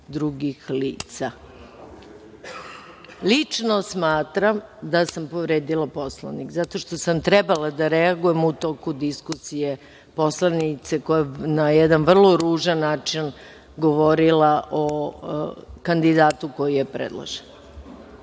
drugih lica. Lično smatram da sam povredila Poslovnika zato što sam trebala da reagujem u toku diskusije poslanice koja je na jedan vrlo ružan način govorila o kandidatu koji je predložen.